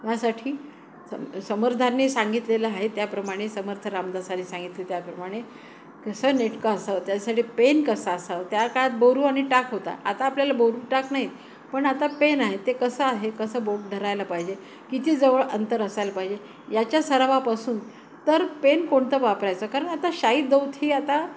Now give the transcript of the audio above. यासाठी स समर्थानी सांगितलेलं आहे त्याप्रमाणे समर्थ रामदासानी सांगितले त्याप्रमाणे कसं नेटकं असं त्यासाठी पेन कसं असां त्या काळात बोरू आणि टाक होता आता आपल्याला बोरू टाक नाहीत पण आता पेन आहे ते कसं आहे कसं बोट धरायला पाहिजे कितीजवळ अंतर असायला पाहिजे याच्या सरावापासून तर पेन कोणतं वापरायचं कारण आता शाई दौत ही आता